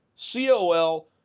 C-O-L